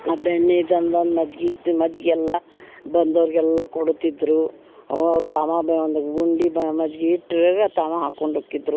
ಆ ಬೆಣ್ಣಿ ತಂದನ್ನು ಮಜ್ಗಿ ಮಜ್ಗಿ ಎಲ್ಲ ಬಂದೋರಿಗೆಲ್ಲ ಕೊಡುತಿದ್ದರು ಅವ್ರು ಒಂದು ಗುಂಡಿ ಬ ಮಜ್ಗಿ ಇಟ್ರೆ ತಾವು ಹಾಕ್ಕೊಂಡು ಹೋಕಿದ್ದರು